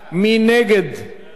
קריאה שלישית, רבותי.